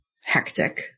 hectic